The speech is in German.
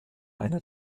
einer